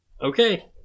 Okay